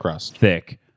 thick